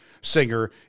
singer